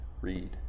read